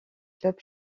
clubs